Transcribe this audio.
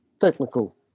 technical